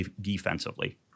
defensively